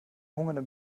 hungernden